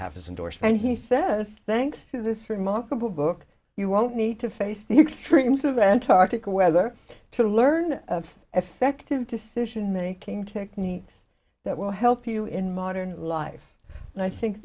have his indoor spend he says thanks to this remarkable book you won't need to face the extremes of antarctica whether to learn effective decision making techniques that will help you in modern life and i think